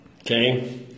Okay